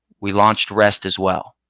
we launched rest as well.